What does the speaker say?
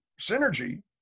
synergy